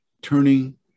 turning